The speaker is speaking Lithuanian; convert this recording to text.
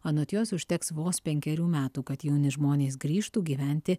anot jos užteks vos penkerių metų kad jauni žmonės grįžtų gyventi